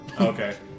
Okay